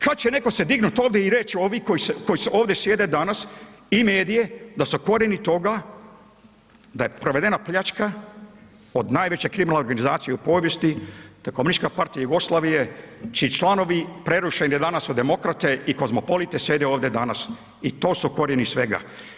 Kad će netko se dignuti i reći ovi koji ovdje sjede danas i medije da su korijeni toga da je provedena pljačka od najveće kriminalne organizacije u povijesti, to je KP Jugoslavije, čiji članovi prerušeni danas u demokrate i kozmopolite sjede ovdje danas i to su korijeni svega.